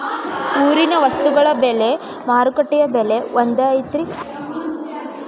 ಊರಿನ ವಸ್ತುಗಳ ಬೆಲೆ ಮಾರುಕಟ್ಟೆ ಬೆಲೆ ಒಂದ್ ಐತಿ?